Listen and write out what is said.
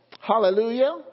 hallelujah